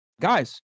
guys